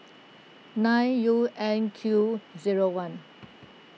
nine U N Q zero one